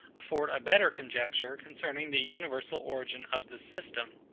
afford a better conjecture concerning the universal origin of this system.